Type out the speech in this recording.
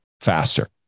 faster